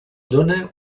dóna